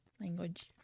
language